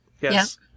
Yes